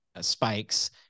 spikes